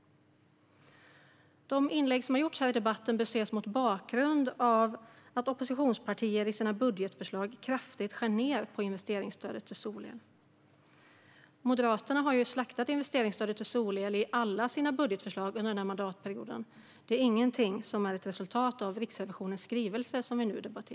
De inlägg som gjorts i debatten bör ses mot bakgrund av att det finns oppositionspartier som i sina budgetförslag kraftigt skär ned på investeringsstödet till solel. Moderaterna har ju slaktat investeringsstödet till solel i alla sina budgetar under mandatperioden. Det är inte ett resultat av Riksrevisionens skrivelse.